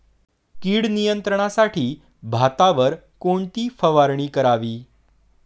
कीड नियंत्रणासाठी भातावर कोणती फवारणी करावी?